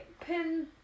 Pin